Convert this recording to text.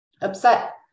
upset